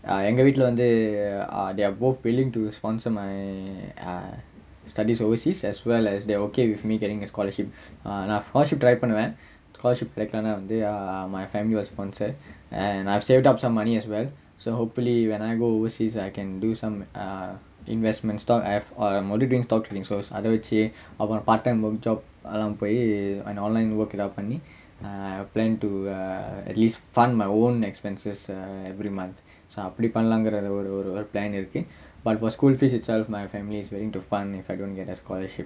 எங்க வீட்ல வந்து:enga veetla vanthu err they are both willing to sponsor my uh studies overseas as well as they are okay with me getting a scholarship err நா:naa scholarship try பண்ணுவேன்:pannuvaen scholarship கிடைக்கலனா வந்து:kidaikkalanaa vanthu err my family would sponsor and I've saved up some money as well so hopefully when I go overseas I can do some uh investment stock for I'm already doing stock trading so அத வச்சி:atha vachi part time job அதலாம் போயி:athalaam poyi and online work எதாவது பண்ணி:ethaavathu panni I uh plan to at least fund my own expenses uh every month so அப்படி பண்லான்குற ஒரு ஒரு ஒரு:appadi panlaangura oru oru oru plan இருக்கு:irukku but for school fees itself my family is willing to fund if I don't get a scholarship